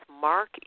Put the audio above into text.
mark